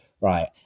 Right